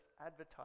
advertising